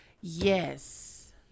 yes